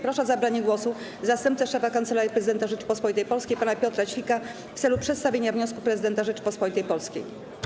Proszę o zabranie głosu zastępcę szefa Kancelarii Prezydenta Rzeczypospolitej Polskiej pana Piotra Ćwika w celu przedstawienia wniosku prezydenta Rzeczypospolitej Polskiej.